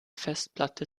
festplatte